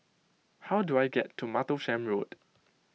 how do I get to Martlesham Road